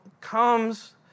comes